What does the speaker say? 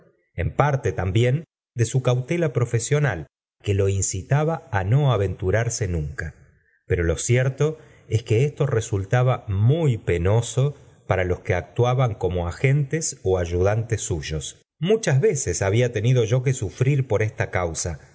en parte también de su cautela profesional que lo incitaba á no aventurarse nunca pero lo cierto es que esto resultaba muy penoso para los que actuaban como agentes ó ayudantes suyos mucluin veces había tenido yo que sufrir por esta causa